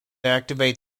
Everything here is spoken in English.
activate